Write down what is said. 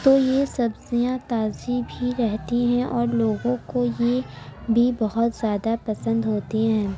تو یہ سبزیاں تازی بھی رہتی ہیں اور لوگوں کو یہ بھی بہت زیادہ پسند ہوتی ہیں